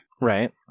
Right